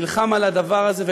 ונלחם על הדבר הזה,